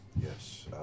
Yes